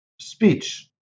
speech